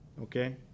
okay